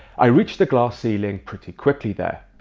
i reached the glass ceiling pretty quickly there.